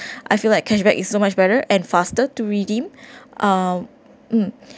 I feel like cashback is so much better and faster to redeem uh um